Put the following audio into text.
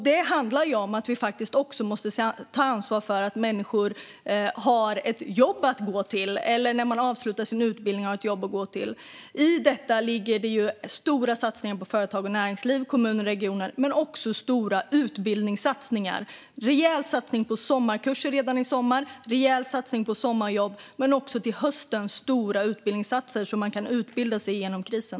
Det handlar om att vi också måste ta ansvar för att människor har ett jobb att gå till eller ett jobb att söka efter avslutad utbildning. I detta ligger stora satsningar på företag och näringsliv, kommuner och regioner, men också stora utbildningssatsningar. Vi gör en rejäl satsning på sommarkurser redan i sommar och en rejäl satsning på sommarjobb. Vi har också stora utbildningssatsningar till hösten så att man kan utbilda sig genom krisen.